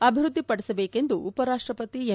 ಅಭಿವೃದ್ಧಿ ಪಡಿಸಬೇಕು ಎಂದು ಉಪರಾಷ್ಟಪತಿ ಎಂ